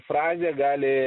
frazė gali